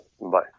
Bye